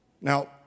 Now